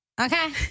okay